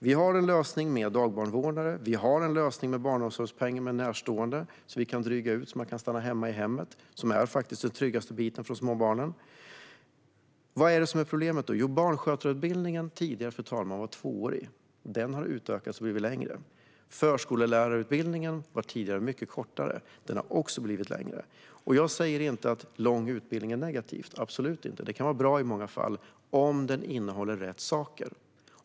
Vi har en lösning med dagbarnvårdare. Vi har en lösning med barnomsorgspeng för närstående, som kan drygas ut så att barnen kan stanna i hemmet, vilket faktiskt är den tryggaste platsen för de små barnen. Vad är det då som är problemet? Tidigare var barnskötarutbildningen tvåårig. Den har utökats och blivit längre. Förskollärarutbildningen har också blivit längre. Jag säger inte att lång utbildning är negativt, absolut inte. Det kan vara bra i många fall om den innehåller rätt saker.